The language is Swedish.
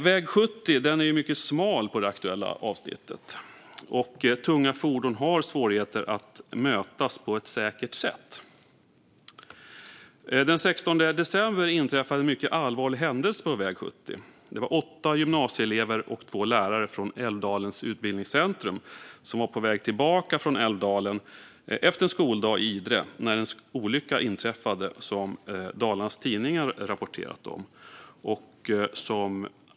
Väg 70 är mycket smal på det aktuella avsnittet, och tunga fordon har svårigheter att mötas på ett säkert sätt. Den 16 december inträffade en mycket allvarlig händelse på väg 70. Åtta gymnasieelever och två lärare från Älvdalens utbildningscentrum var på väg tillbaka efter en skoldag i Idre, när en olycka inträffade, som Dalarnas Tidningar rapporterade om.